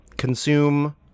Consume